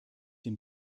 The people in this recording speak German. den